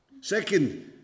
Second